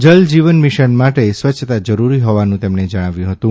જીલ Jeevan mission માટે સ્વચ્છતા જરુરી હોવાનું તેમણે જણાવ્યું હતુ